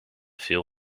veel